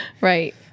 Right